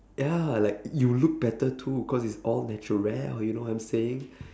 ya like you look better too cause its like all natural